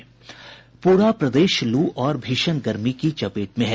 प्ररा प्रदेश लू और भीषण गर्मी की चपेट में है